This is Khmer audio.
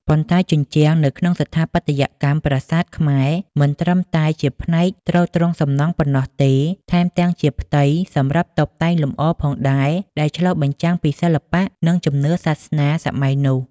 ប៉ុន្តែជញ្ជាំង នៅក្នុងស្ថាបត្យកម្មប្រាសាទខ្មែរមិនត្រឹមតែជាផ្នែកទ្រទ្រង់សំណង់ប៉ុណ្ណោះទេ ថែមទាំងជាផ្ទៃសម្រាប់តុបតែងលម្អផងដែរ ដែលឆ្លុះបញ្ចាំងពីសិល្បៈ និងជំនឿសាសនានាសម័យនោះ។